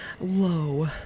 low